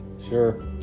Sure